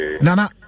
Nana